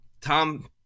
Tom